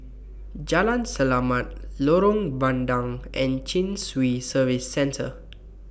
Jalan Selamat Lorong Bandang and Chin Swee Service Centre